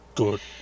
good